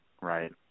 right